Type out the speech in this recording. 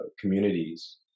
communities